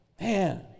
Man